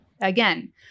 Again